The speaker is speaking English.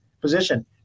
position